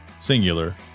singular